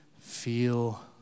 feel